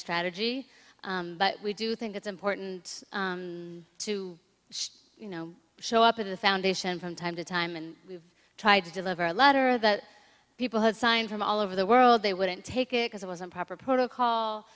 strategy but we do think it's important to you know show up at the foundation from time to time and we've tried to deliver a letter that people had signed from all over the world they wouldn't take it as it was a proper protocol